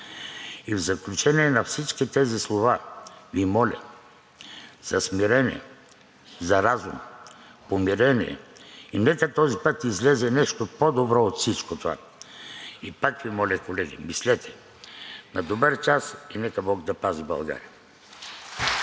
И в заключение на всички тези слова Ви моля за смирение, за разум, помирение и нека този път излезе нещо по-добро от всичко това. И пак Ви моля, колеги, мислете! На добър час и нека Бог да пази България! (Бурни